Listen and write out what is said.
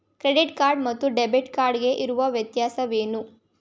Credit card ಮತ್ತು debit card ಗೆ ಇರುವ ವ್ಯತ್ಯಾಸವೇನು?